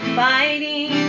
fighting